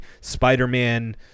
Spider-Man